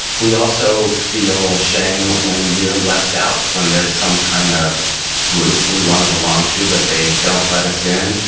we also feel shame when we're left out, when there's some kind of group that we want to belong to but they don't let us in.